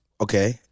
Okay